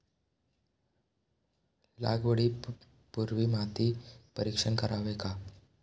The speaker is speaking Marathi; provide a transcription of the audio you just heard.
लागवडी पूर्वी माती परीक्षण करावे का?